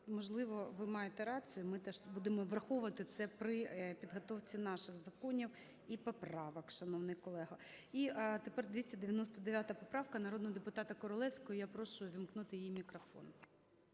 Можливо, ви маєте рацію, ми теж будемо враховувати це при підготовці наших законів і поправок, шановний колего. І тепер 299 поправка народного депутата Королевської. Я прошу увімкнути їй мікрофон.